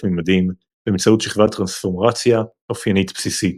ממדים באמצעות שכבת טרנספורמציה אפינית בסיסית.